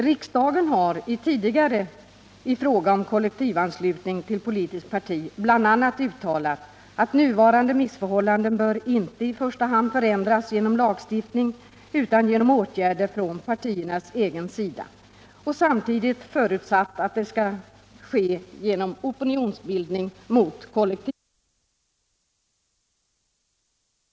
Riksdagen har tidigare i fråga om kollektivanslutning till politiskt parti bl.a. uttalat att ”nuvarande missförhållanden bör inte i första hand förändras genom lagstiftning utan genom åtgärder från partiernas egen sida” och samtidigt förutsatt att det genom opinionsbildning mot kollektivanslutningen skall visa sig vara möjligt att förmå det parti som tillämpar denna ordning att medverka till att kollektivanslutningen avskaffas, så att som partimedlemmar registreras endast personer som individuellt begär inträde i partiet. Herr talman! Jag yrkar bifall till det framlagda förslaget.